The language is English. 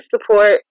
support